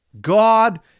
God